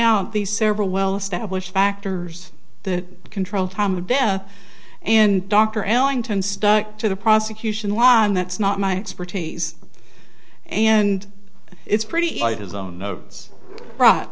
out the several well established factors that control time of death and dr ellington stuck to the prosecution line that's not my expertise and it's pretty